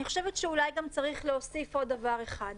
אני חושבת שאולי גם צריך להוסיף עוד דבר אחד,